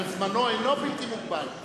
אבל זמנו אינו בלתי מוגבל.